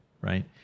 right